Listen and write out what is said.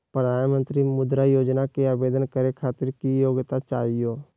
प्रधानमंत्री मुद्रा योजना के आवेदन करै खातिर की योग्यता चाहियो?